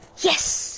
Yes